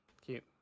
cute